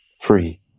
Free